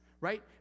Right